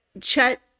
Chet